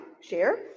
share